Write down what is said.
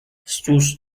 sus